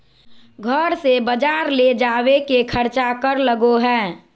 घर से बजार ले जावे के खर्चा कर लगो है?